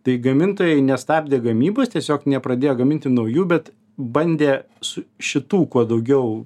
tai gamintojai nestabdė gamybos tiesiog nepradėjo gaminti naujų bet bandė su šitų kuo daugiau